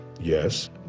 Yes